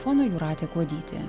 fono jūratė kuodytė